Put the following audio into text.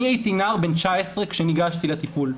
אני הייתי נער בן 19 כשניגשתי לטיפול.